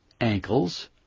ankles